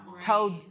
Told